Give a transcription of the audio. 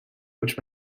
which